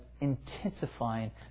intensifying